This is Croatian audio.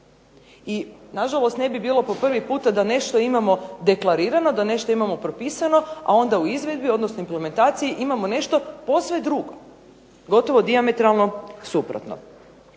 I na žalost ne bi bilo po prvi puta da nešto imamo deklarirano, da nešto imamo propisano, a onda u izvedbi, odnosno implementaciji imamo nešto posve drugo gotovo dijametralno suprotno.